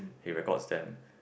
he records them